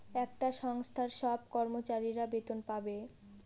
একটা সংস্থার সব কর্মচারীরা বেতন পাবে